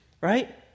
right